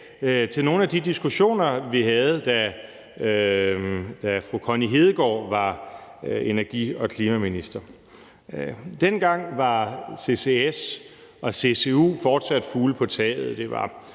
til nogle af de diskussioner, vi havde, da fru Connie Hedegaard var energi- og klimaminister. Dengang var ccs og ccu fortsat fugle på taget.